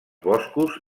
boscos